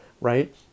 right